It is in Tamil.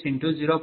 00023919 p